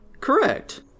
Correct